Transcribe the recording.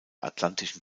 atlantischen